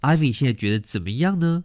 Ivy现在觉得怎么样呢